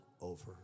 over